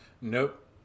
nope